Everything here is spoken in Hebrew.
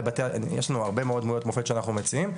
יש לנו הרבה מאוד דמויות מופת שאנחנו מציעים,